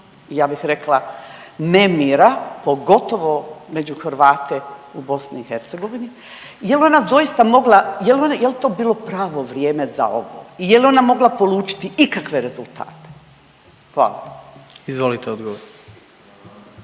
ja bih rekla nemira pogotovo među Hrvate u BiH, je li ona doista mogla, jel to bilo pravo vrijeme za ovo i jel ona mogla polučiti ikakve rezultate? Hvala. **Jandroković,